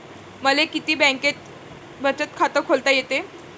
मले किती बँकेत बचत खात खोलता येते?